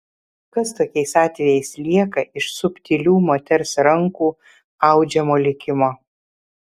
kas tokiais atvejais lieka iš subtilių moters rankų audžiamo likimo